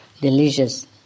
delicious